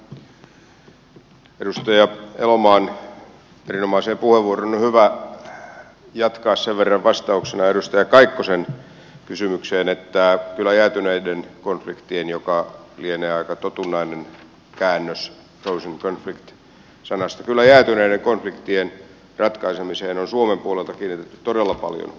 tästä edustaja elomaan erinomaisesta puheenvuorosta on hyvä jatkaa sen verran vastauksena edustaja kaikkosen kysymykseen että kyllä jäätyneiden konfliktien joka lienee aika totunnainen käännös frozen conflicts sanasta ratkaisemiseen on suomen puolelta kiinnitetty todella paljon huomiota